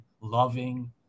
loving